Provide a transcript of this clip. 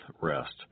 rest